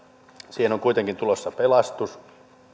on kuitenkin tulossa pelastus